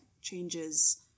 changes